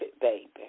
baby